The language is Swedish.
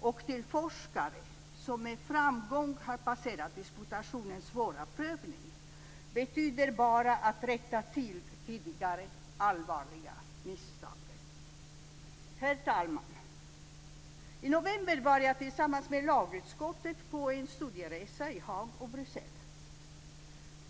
och till forskare som med framgång har passerat disputationens svåra prövning betyder bara att man rättar till tidigare allvarliga misstag. Herr talman! I november var jag tillsammans med lagutskottet på en studieresa i Haag och Bryssel.